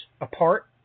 apart